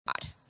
God